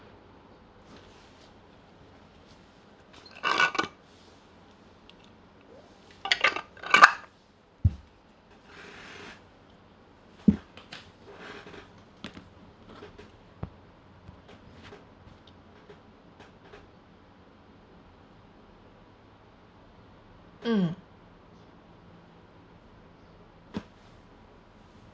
mm